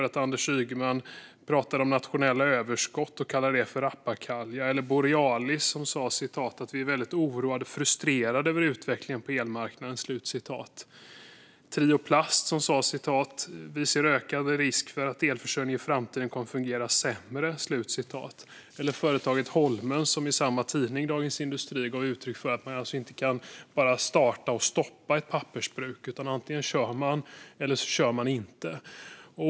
Att Anders Ygeman pratar om nationella överskott kallar företaget Kemira i Dagens industri för "rappakalja". Företaget Borealis säger: "Vi är väldigt oroade och frustrerade över utvecklingen på elmarknaden." Företaget Trioplast säger: "Vi ser ökande risk att elförsörjningen i framtiden kommer fungera sämre." Företaget Holmen ger i samma tidning uttryck för att man inte bara kan starta och stoppa ett pappersbruk - antingen kör man eller så kör man inte.